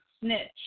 Snitch